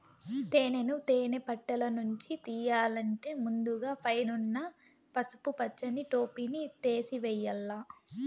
తేనెను తేనె పెట్టలనుంచి తియ్యల్లంటే ముందుగ పైన ఉన్న పసుపు పచ్చని టోపిని తేసివేయల్ల